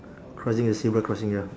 crossing the zebra crossing ya